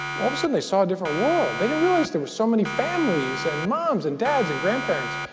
all of a sudden, they saw a different world. they didn't realize there were so many families and moms and dads and grandparents.